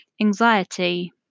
anxiety